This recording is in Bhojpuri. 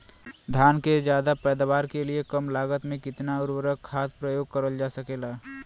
धान क ज्यादा पैदावार के लिए कम लागत में कितना उर्वरक खाद प्रयोग करल जा सकेला?